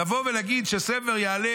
לבוא ולהגיד שספר יעלה,